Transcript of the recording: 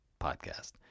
podcast